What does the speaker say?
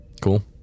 Cool